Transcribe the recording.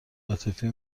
عاطفی